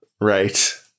Right